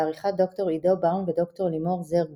בעריכת ד"ר עידו באום וד"ר לימור זר גוטמן.